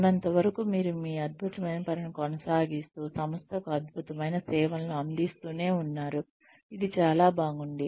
ఉన్నంతవరకు మీరు ఈ అద్భుతమైన పనిని కొనసాగిస్తూ సంస్థకు అద్భుతమైన సేవలను అందిస్తూనే ఉన్నారు ఇది చాలా బాగుంది